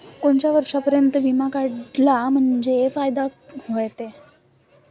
कोनच्या वर्षापर्यंत बिमा काढला म्हंजे फायदा व्हते?